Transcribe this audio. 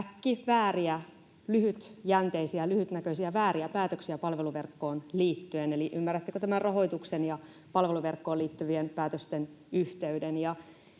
äkkivääriä, lyhytjänteisiä ja lyhytnäköisiä, vääriä päätöksiä palveluverkkoon liittyen. Eli ymmärrättekö tämän rahoituksen ja palveluverkkoon liittyvien päätösten yhteyden?